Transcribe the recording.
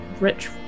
rich